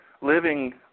living